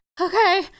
okay